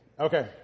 Okay